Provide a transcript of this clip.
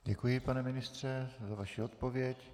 Děkuji, pane ministře, za vaši odpověď.